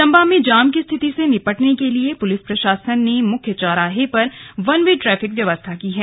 चंबा में जाम की स्थिति से निपटने के लिए पुलिस प्रशासन ने मुख्य चौराहे पर वन वे ट्रैफिक व्यवस्था की है